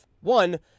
One